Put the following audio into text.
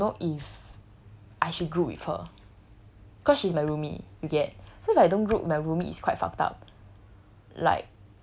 I don't know if I should group with her because she's my roomie you get so if I don't group my room is quite fucked up